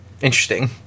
Interesting